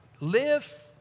live